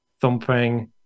thumping